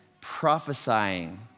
prophesying